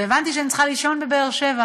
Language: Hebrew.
והבנתי שאני צריכה לישון בבאר-שבע.